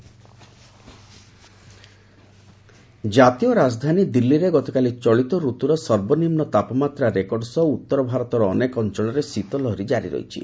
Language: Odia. କୋଲ୍ଡ ଓେଭ୍ ଜାତୀୟ ରାଜଦାନୀ ଦିଲ୍ଲୀରେ ଗତକାଲି ଚଳିତ ରତୁର ସର୍ବନିମ୍ବ ତାପମାତ୍ରା ରେକର୍ଡ ସହ ଉତ୍ତର ଭାରତର ଅନେକ ଅଞ୍ଚଳରେ ଶୀତଲହରୀ ଜାରି ରହିଛି